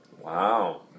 Wow